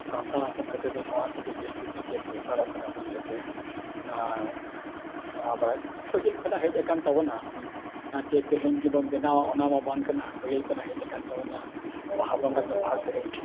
ᱥᱟᱱᱛᱟᱲ ᱦᱚᱯᱚᱱ ᱠᱟᱛᱮᱫ ᱫᱚ ᱱᱚᱣᱟ ᱠᱚᱜᱮ ᱡᱟᱹᱥᱛᱤ ᱫᱚ ᱪᱮᱫ ᱫᱚᱨᱠᱟᱨᱚᱜ ᱠᱟᱱᱟ ᱵᱟᱹᱧ ᱞᱟᱹᱭᱟᱠᱮ ᱱᱚᱣᱟ ᱟᱵᱟᱨ ᱯᱟᱹᱦᱤᱞ ᱠᱷᱚᱱᱟᱜ ᱦᱮᱡ ᱟᱠᱟᱱ ᱛᱟᱵᱚᱱᱟ ᱛᱮᱦᱮᱧ ᱜᱮᱵᱚᱱ ᱵᱮᱱᱟᱣᱟ ᱚᱱᱟ ᱢᱟ ᱵᱟᱝ ᱠᱟᱱᱟ ᱯᱟᱹᱦᱤᱞ ᱠᱷᱚᱱᱟᱜ ᱦᱮᱡ ᱟᱠᱟᱱ ᱛᱟᱵᱚᱱᱟ ᱵᱟᱦᱟ ᱵᱚᱸᱜᱟ ᱫᱚ ᱵᱟᱦᱟ ᱥᱮᱨᱮᱧ